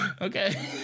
Okay